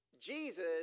Jesus